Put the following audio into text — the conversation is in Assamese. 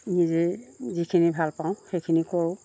নিজে যিখিনি ভাল পাওঁ সেইখিনি কৰোঁ